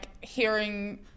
hearing